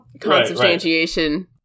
consubstantiation